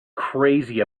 crazy